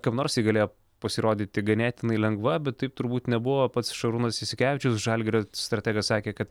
kam nors ji galėjo pasirodyti ganėtinai lengva bet taip turbūt nebuvo pats šarūnas jasikevičius žalgirio strategas sakė kad